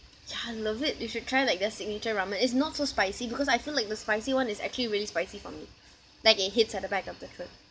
yeah I love it you should try like their signature ramen it's not so spicy because I feel like the spicy one is actually really spicy for me like it hits at the back of the throat